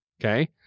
Okay